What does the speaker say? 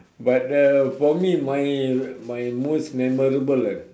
but uh for me my my most memorable eh